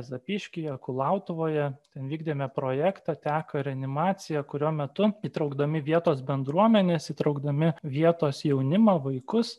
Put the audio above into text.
zapyškyje kulautuvoje ten vykdėme projektą teka reanimacija kurio metu įtraukdami vietos bendruomenes įtraukdami vietos jaunimą vaikus